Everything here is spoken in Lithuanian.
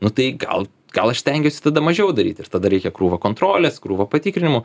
nu tai gal gal aš stengiuosi tada mažiau daryti ir tada reikia krūvą kontrolės krūvą patikrinimų